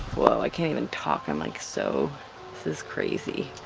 whoa, i can't even talk. i'm like so this is crazy!